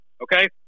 Okay